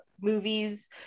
movies